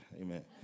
Amen